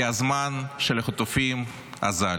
כי הזמן של החטופים אזל.